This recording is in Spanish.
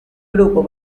grupo